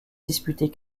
disputer